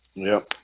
no